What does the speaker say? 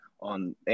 on